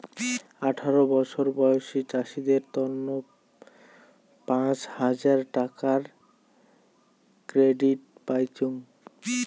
আঠারো বছর বয়সী চাষীদের তন্ন পাঁচ হাজার টাকার ক্রেডিট পাইচুঙ